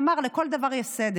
אז איינשטיין אמר: לכל דבר יש סדר.